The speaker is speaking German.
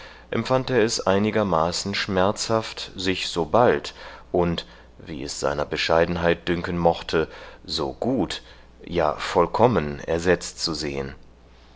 empfand er es einigermaßen schmerzhaft sich so bald und wie es seiner bescheidenheit dünken mochte so gut ja vollkommen ersetzt zu sehen